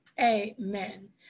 Amen